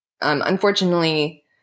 unfortunately